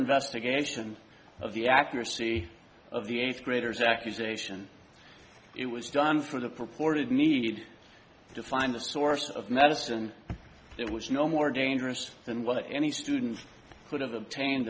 investigation of the accuracy of the eighth graders accusation it was done for the purported need to find the source of medicine there was no more dangerous than what any student could have obtained